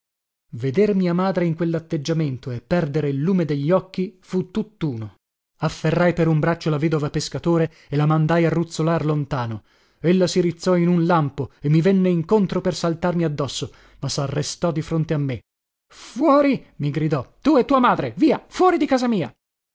veder mia madre in quellatteggiamento e perdere il lume degli occhi fu tuttuno afferrai per un braccio la vedova pescatore e la mandai a ruzzolar lontano ella si rizzò in un lampo e mi venne incontro per saltarmi addosso ma sarrestò di fronte a me fuori mi gridò tu e tua madre via fuori di casa mia